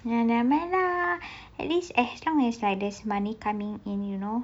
ya nevermind lah at least as long as like there's money coming in you know